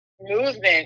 movement